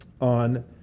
on